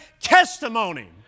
testimony